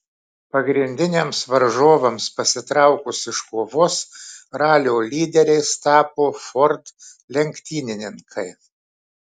pagrindiniams varžovams pasitraukus iš kovos ralio lyderiais tapo ford lenktynininkai